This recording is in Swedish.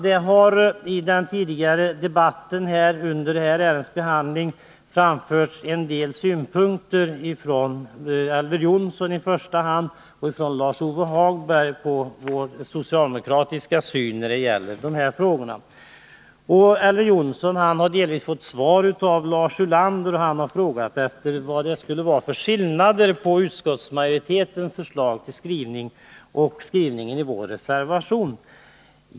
Det har tidigare i debatten under det här ärendets behandling framförts en del åsikter om den syn som vi socialdemokrater har på de här frågorna, i första hand av Elver Jonsson men även av Lars-Ove Hagberg. Elver Jonsson har delvis fått svar av Lars Ulander när han har frågat efter skillnader mellan utskottsmajoritetens förslag till skrivning och skrivningen i vår reservation.